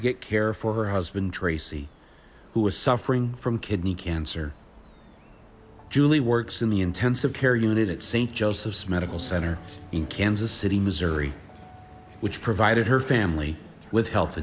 to get care for her husband tracy who was suffering from kidney cancer julie works in the intensive care unit at st joseph's medical center in kansas city missouri which provided her family with health